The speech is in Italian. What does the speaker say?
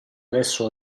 adesso